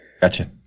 Gotcha